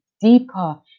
deeper